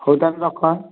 ହେଉ ତାହେଲେ ରଖ ଆଁ